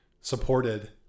supported